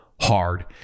hard